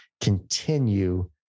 continue